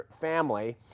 family